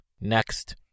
next